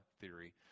theory